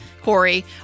Corey